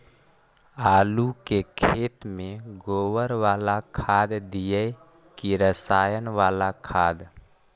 आलू के खेत में गोबर बाला खाद दियै की रसायन बाला खाद?